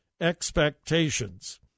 expectations